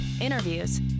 interviews